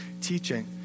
teaching